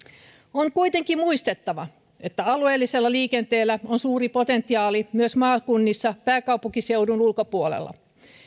on kuitenkin muistettava että alueellisella liikenteellä on suuri potentiaali myös maakunnissa pääkaupunkiseudun ulkopuolella